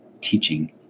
teaching